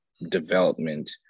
development